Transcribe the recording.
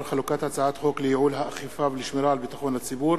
חלוקת הצעת חוק לייעול האכיפה ולשמירה על ביטחון הציבור